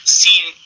seen